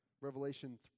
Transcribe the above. Revelation